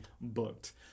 booked